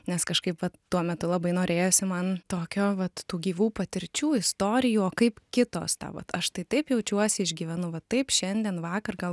nes kažkaip va tuo metu labai norėjosi man tokio vat tų gyvų patirčių istorijų o kaip kitos tą vat aš tai taip jaučiuosi išgyvenu va taip šiandien vakar gal